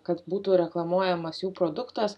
kad būtų reklamuojamas jų produktas